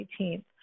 18th